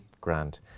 grand